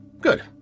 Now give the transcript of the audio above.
Good